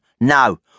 No